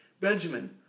Benjamin